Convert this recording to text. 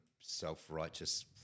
self-righteous